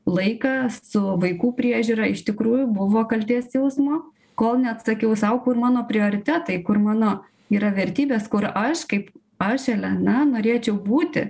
laiką su vaikų priežiūra iš tikrųjų buvo kaltės jausmo kol neatsakiau sau kur mano prioritetai kur mano yra vertybės kur aš kaip aš elena norėčiau būti